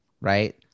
right